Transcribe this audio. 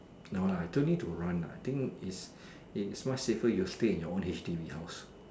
no lah don't need to run lah I think it's it's much safer you stay in your own H_D_B house